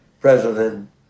president